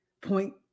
point